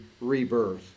rebirth